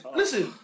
listen